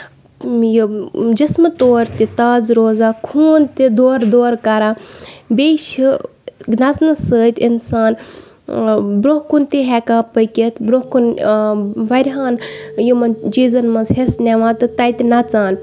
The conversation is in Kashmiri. یہِ جِسمہٕ طور تہِ تازٕ روزان خوٗن تہِ دورٕ دور کران بیٚیہِ چھِ نَژنہٕ سۭتۍ اِنسان برۄنہہ کُن تہِ ہیٚکان پٔکِتھ برۄنہہ کُن واریاہ ہن یِمن چیٖزَن منٛز حِصہٕ نِوان تہٕ تَتہِ نَژان